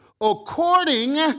according